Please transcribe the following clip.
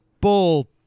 bull